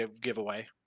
giveaway